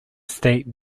state